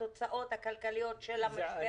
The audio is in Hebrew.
את התוצאות הכלכליות של המשבר.